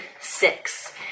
six